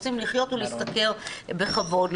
רוצים לחיות ולהשתכר בכבוד.